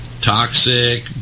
Toxic